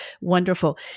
wonderful